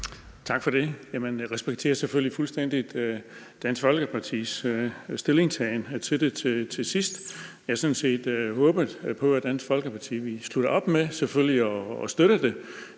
Tak for det. Jeg respekterer selvfølgelig fuldstændig Dansk Folkepartis stillingtagen til det her til sidst. Jeg havde sådan set håbet på, at Dansk Folkeparti ville ende med at støtte det,